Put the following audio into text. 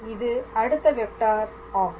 இது அடுத்த வெக்டார் ஆகும்